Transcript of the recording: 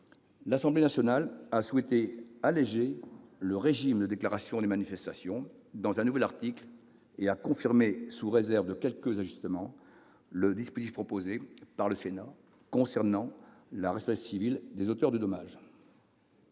l'Assemblée nationale a souhaité alléger le régime de déclaration des manifestations dans un nouvel article et a confirmé, sous réserve de quelques ajustements, le dispositif proposé par le Sénat concernant la responsabilité civile des auteurs de dommages.